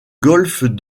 golfe